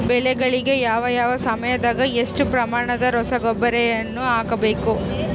ಬೆಳೆಗಳಿಗೆ ಯಾವ ಯಾವ ಸಮಯದಾಗ ಎಷ್ಟು ಪ್ರಮಾಣದ ರಸಗೊಬ್ಬರವನ್ನು ಹಾಕಬೇಕು?